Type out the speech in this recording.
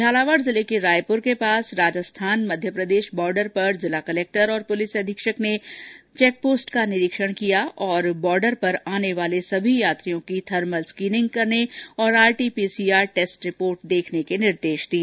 झालावाड़ जिले के रायपुर के पास राजस्थान मध्यप्रदेश बॉर्डर पर जिला कलेक्टर और पुलिस अधीक्षक ने चैक का निरीक्षण कर बॉर्डर पर आने वाले सभी यात्रियों की थर्मल स्कीनिंग करने और आरटीपीसीआर टैस्ट रिपोर्ट देखने के निर्देश दिए